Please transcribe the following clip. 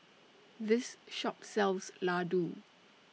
This Shop sells Ladoo